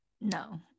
no